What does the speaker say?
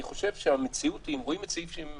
אני חושב שהמציאות אם מסתכלים על סעיף 71